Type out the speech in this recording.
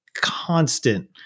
constant –